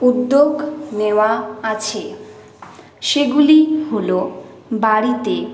উদ্যোগ নেওয়া আছে সেগুলি হল বাড়িতে